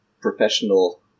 professional